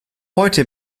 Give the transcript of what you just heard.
heute